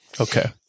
okay